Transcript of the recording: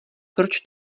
proč